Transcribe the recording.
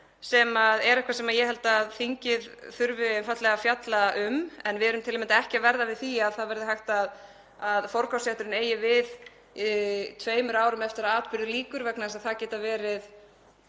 sem er eitthvað sem ég held að þingið þurfi einfaldlega að fjalla um. En við erum til að mynda ekki að verða við því að forkaupsrétturinn eigi við tveimur árum eftir að atburði lýkur vegna þess að það geta verið